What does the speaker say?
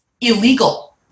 illegal